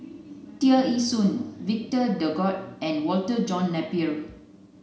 Tear Ee Soon Victor Doggett and Walter John Napier